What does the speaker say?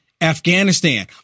Afghanistan